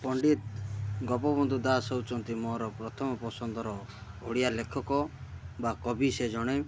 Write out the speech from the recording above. ପଣ୍ଡିତ ଗୋପବନ୍ଧୁ ଦାସ ହେଉଛନ୍ତି ମୋର ପ୍ରଥମ ପସନ୍ଦର ଓଡ଼ିଆ ଲେଖକ ବା କବି ସେ ଜଣେ